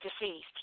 deceased